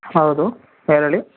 ಹೌದು ಯಾರು ಹೇಳಿ